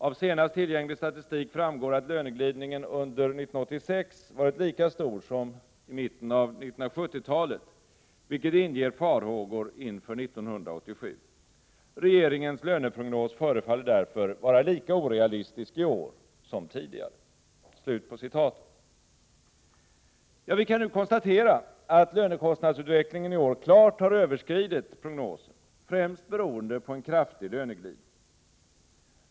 Av senast tillgänglig statistik framgår att löneglidningen under 1986 varit lika stor som under mitten av 1970-talet, vilket inger farhågor inför 1987. Regeringens löneprognos förefaller därför vara lika orealistisk i år som tidigare.” Vi kan nu konstatera att lönekostnadsutvecklingen i år klart har överskridit prognosen, främst beroende på en kraftig löneglidning.